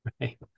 Right